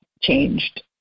changed